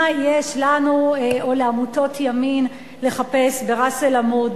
מה יש לנו או לעמותות ימין לחפש בראס-אל-עמוד,